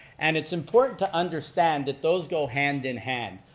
and it's important to understand that those go hand in hand.